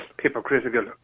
hypocritical